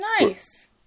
Nice